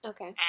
Okay